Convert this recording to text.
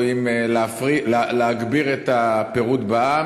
או אם להגביר את הפירוד בעם,